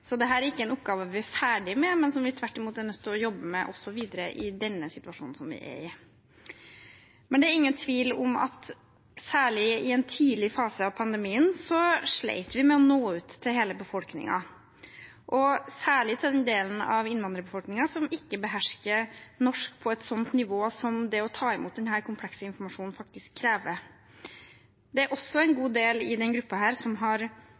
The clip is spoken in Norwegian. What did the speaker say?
er ikke en oppgave vi er ferdige med, men noe som vi tvert imot er nødt til å jobbe videre med også i den situasjonen vi er i nå. Det er ingen tvil om at vi, særlig i en tidlig fase av pandemien, slet med å nå ut til hele befolkningen, særlig til den delen av innvandrerbefolkningen som ikke behersker norsk på et slikt nivå som det å ta imot denne komplekse informasjonen krever. Det er også en god del i denne gruppen som har mangelfulle digitale ferdigheter, og som har